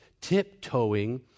tiptoeing